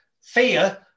fear